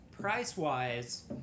Price-wise